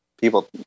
people